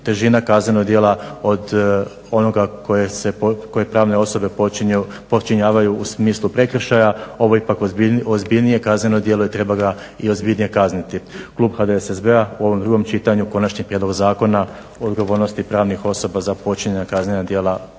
težina kaznenog djela od onog koje pravna osobe počinjavaju u smislu prekršaja. Ovo je ipak ozbiljnije kaznenog djelo i treba ga ozbiljnije kazniti. Klub HDSSB-a u ovom drugom čitanju konačni prijedlog Zakona o odgovornosti pravnih osoba za počinjena kaznena djela podržava